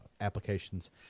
applications